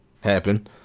happen